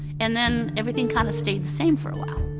and then everything kind of stayed the same for awhile.